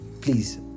please